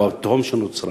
או התהום שנוצרה.